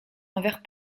envers